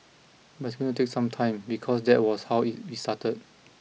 but it's going to take some time because that was how it it started